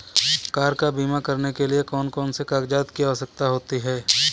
Car का बीमा करने के लिए कौन कौन से कागजात की आवश्यकता होती है?